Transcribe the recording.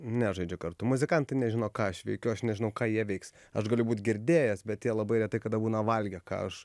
nežaidžia kartu muzikantai nežino ką aš veikiu aš nežinau ką jie veiks aš galiu būt girdėjęs bet jie labai retai kada būna valgę ką aš